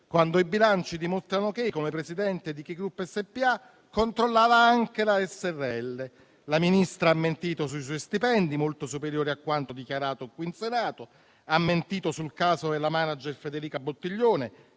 quando i bilanci dimostrano che, come presidente di Ki Group SpA controllava anche la srl. La Ministra ha mentito sui suoi stipendi, molto superiori a quanto dichiarato qui in Senato; ha mentito sul caso della *manager* Federica Bottiglione,